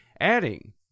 Adding